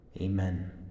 Amen